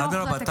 אדרבה,